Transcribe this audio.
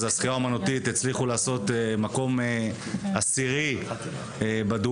השחייה האומנותית הצליחו לעשות מקום עשירי בדואט,